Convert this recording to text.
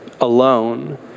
alone